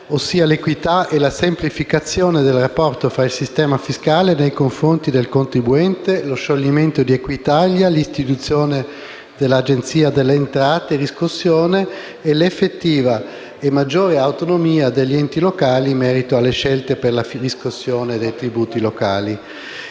ossia l'equità e la semplificazione del rapporto fra il sistema fiscale e il contribuente, lo scioglimento di Equitalia e l'istituzione dell'Agenzia delle entrate e riscossione e l'effettiva e maggiore autonomia degli enti locali in merito alle scelte per la riscossione dei tributi locali.